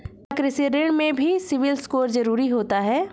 क्या कृषि ऋण में भी सिबिल स्कोर जरूरी होता है?